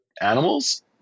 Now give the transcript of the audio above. animals